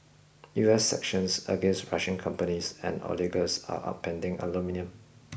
U S sanctions against Russian companies and oligarchs are upending aluminium